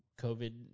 COVID